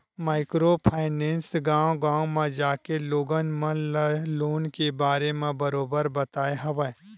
micro finance गाँव गाँव म जाके लोगन मन ल लोन के बारे म बरोबर बताय हवय